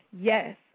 Yes